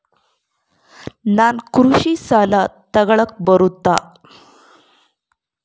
ನಾನು ಕೃಷಿ ಸಾಲ ತಗಳಕ ಬರುತ್ತಾ?